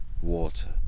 Water